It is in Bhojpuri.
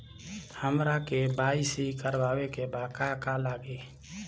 हमरा के.वाइ.सी करबाबे के बा का का लागि?